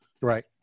Right